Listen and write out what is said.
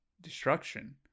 destruction